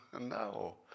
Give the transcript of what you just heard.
No